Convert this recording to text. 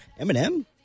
Eminem